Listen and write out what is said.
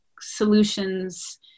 solutions